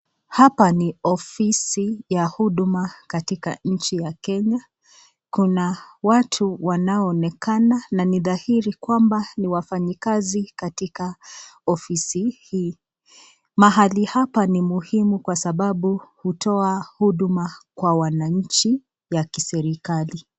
Hapa ni ofisi ya Huduma katika nchi ya Kenya. Kuna watu wanaoonekana na ni dhahiri kwamba ni wafanyikazi katika ofisi hii. Mahali hapa ni muhimu kwa sababu hutoa huduma kwa wananchi ya kiserikali.